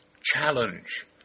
Challenge